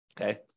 okay